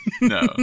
no